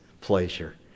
pleasure